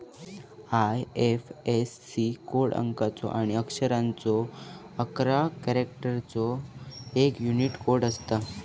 IFSC code अंकाचो आणि अक्षरांचो अकरा कॅरेक्टर्सचो एक यूनिक कोड असता